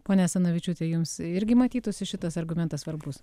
ponia asanavičiūte jums irgi matytųsi šitas argumentas svarbus